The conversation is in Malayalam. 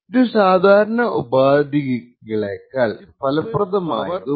ഇത് സാധാരണ ഉപാധികളെക്കാൾ ഫലപ്രദമായതും അത്ര ചിലവേറിയതുമല്ല